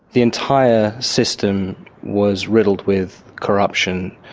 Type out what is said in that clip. the entire system was riddled with corruption.